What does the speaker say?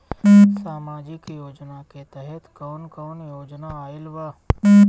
सामाजिक योजना के तहत कवन कवन योजना आइल बा?